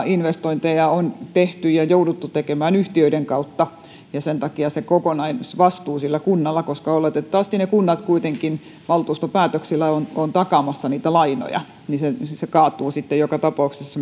investointeja on tehty ja jouduttu tekemään yhtiöiden kautta ja sen takia kokonaisvastuu on sillä kunnalla koska oletettavasti kunnat kuitenkin valtuustopäätöksillä ovat takaamassa niitä lainoja ja se kaatuu sitten joka tapauksessa